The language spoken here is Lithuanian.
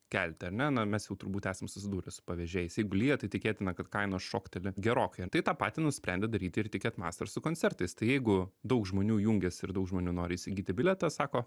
kelti ar ne na mes jau turbūt esam susidūrę su pavežėjais jeigu lyja tai tikėtina kad kainos šokteli gerokai tai tą patį nusprendė daryti ir tiket mater su koncertais tai jeigu daug žmonių jungiasi ir daug žmonių nori įsigyti bilietą sako